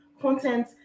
content